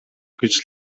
гэж